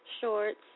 shorts